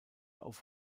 auf